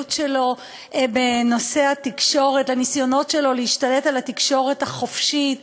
למדיניות שלו בנושא התקשורת והניסיונות שלו להשתלט על התקשורת החופשית.